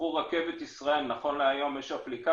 קחו את רכבת ישראל, נכון להיום יש אפליקציה.